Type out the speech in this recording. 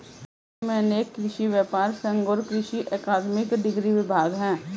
विश्व में अनेक कृषि व्यापर संघ और कृषि अकादमिक डिग्री विभाग है